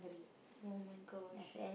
!oh-my-gosh!